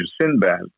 Sinbad